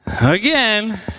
Again